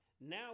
Now